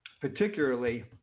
particularly